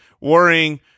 worrying